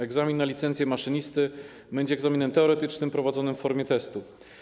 Egzamin na licencję maszynisty będzie egzaminem teoretycznym prowadzonym w formie testu.